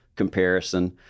comparison